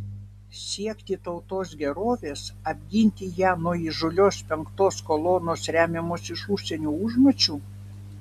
siekti tautos gerovės apginti ją nuo įžūlios penktos kolonos remiamos iš užsienio užmačių